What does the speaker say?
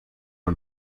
und